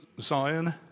Zion